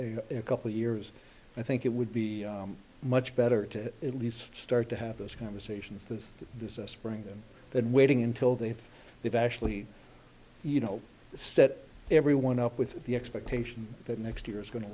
a couple years i think it would be much better to at least start to have those conversations that this spring them than waiting until they've they've actually you know set everyone up with the expectation that next year is going to